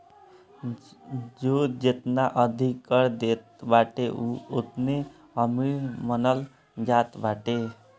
जे जेतना अधिका कर देत बाटे उ ओतने अमीर मानल जात बाटे